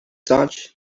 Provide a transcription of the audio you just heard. such